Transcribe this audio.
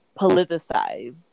politicized